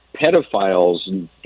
pedophiles